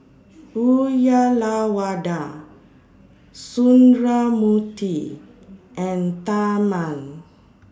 Uyyalawada Sundramoorthy and Tharman